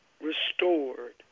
restored